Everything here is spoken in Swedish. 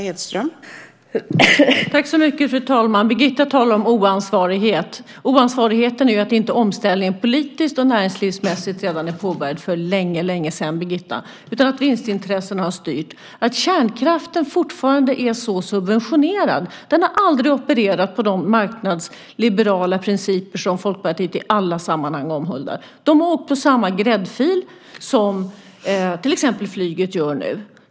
Fru talman! Birgitta talar om oansvarighet. Oansvarigheten är ju att omställningen politiskt och näringslivsmässigt inte är påbörjad redan för längesedan, Birgitta, utan att vinstintressena har styrt och att kärnkraften fortfarande är så subventionerad. Den har aldrig opererat enligt de marknadsliberala principer som Folkpartiet i alla sammanhang omhuldar. Den har åkt i samma gräddfil som till exempel flyget nu gör.